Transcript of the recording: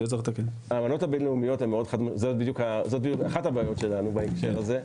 האמנות הבין-לאומיות הן אחת הבעיות שלנו בהקשר הזה.